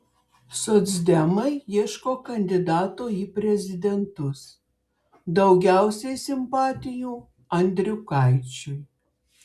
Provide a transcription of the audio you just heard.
socdemai ieško kandidato į prezidentus daugiausiai simpatijų andriukaičiui